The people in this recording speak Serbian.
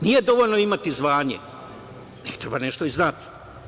Nije dovoljno imati zvanje, nego treba nešto i znati.